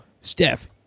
Steph